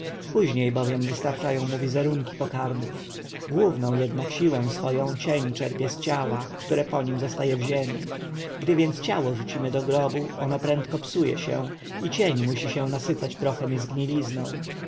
później bowiem wystarczają mu wizerunki pokarmów główną jednak siłę swoją cień czerpie z ciała które po nim zostaje na ziemi gdy więc ciało rzucimy do grobu ono prędko psuje się i cień musi się nasycać prochem i zgnilizną